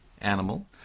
animal